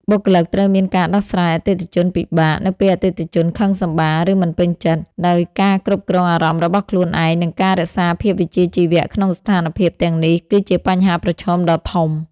បុគ្គលិកត្រូវមានការដោះស្រាយអតិថិជនពិបាក នៅពេលអតិថិជនខឹងសម្បារ ឬមិនពេញចិត្ត ដោយការគ្រប់គ្រងអារម្មណ៍របស់ខ្លួនឯង និងការរក្សាភាពវិជ្ជាជីវៈក្នុងស្ថានភាពទាំងនេះ គឺជាបញ្ហាប្រឈមដ៏ធំ។